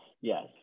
yes